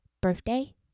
birthday